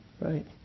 Right